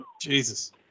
jesus